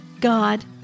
God